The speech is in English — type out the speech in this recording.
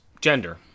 gender